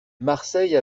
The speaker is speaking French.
marseille